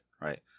right